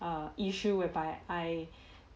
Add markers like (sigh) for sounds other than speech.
err issue whereby I (breath)